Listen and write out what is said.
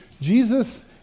Jesus